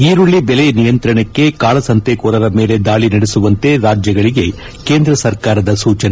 ಈರುಳ್ಳ ಬೆಲೆ ನಿಯಂತ್ರಣಕ್ಕೆ ಕಾಳಸಂತೆಕೋರರ ಮೇಲೆ ದಾಳಿ ನಡೆಸುವಂತೆ ರಾಜ್ಗಳಿಗೆ ಕೇಂದ್ರ ಸರ್ಕಾರದ ಸೂಚನೆ